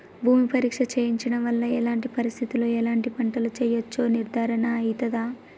భూమి పరీక్ష చేయించడం వల్ల ఎలాంటి పరిస్థితిలో ఎలాంటి పంటలు వేయచ్చో నిర్ధారణ అయితదా?